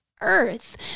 earth